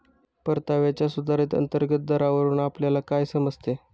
परताव्याच्या सुधारित अंतर्गत दरावरून आपल्याला काय समजते?